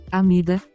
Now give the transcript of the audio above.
amida